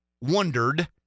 wondered